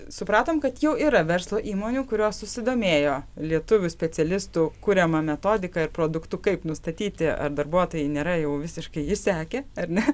supratom kad jau yra verslo įmonių kurios susidomėjo lietuvių specialistų kuriama metodika ir produktu kaip nustatyti ar darbuotojai nėra jau visiškai išsekę ar ne